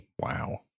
Wow